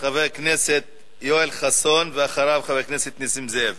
חבר הכנסת יואל חסון, ואחריו, חבר הכנסת נסים זאב.